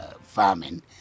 farming